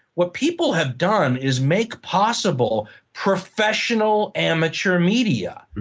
what people have done is make possible professional amateur media.